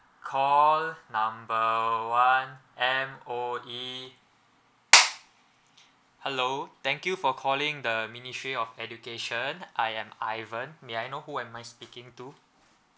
call number one M_O_E hello thank you for calling the ministry of education I am ivan may I know who am I speaking to